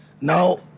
Now